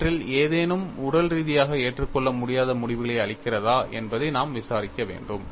அவற்றில் ஏதேனும் உடல் ரீதியாக ஏற்றுக்கொள்ள முடியாத முடிவுகளை அளிக்கிறதா என்பதை நாம் விசாரிக்க வேண்டும்